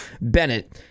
Bennett